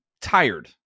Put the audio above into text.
tired